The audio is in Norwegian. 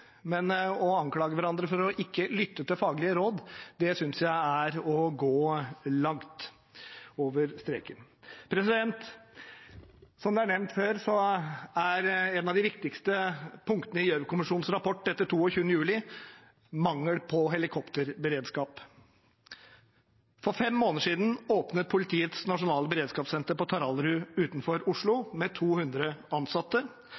men å anklage hverandre for ikke å lytte til faglige råd, synes jeg er å gå langt over streken. Som nevnt før, er en av de viktigste punktene i Gjørv-kommisjonens rapport etter 22. juli mangel på helikopterberedskap. For fem måneder siden åpnet Politiets nasjonale beredskapssenter på Taraldrud utenfor Oslo, med 200 ansatte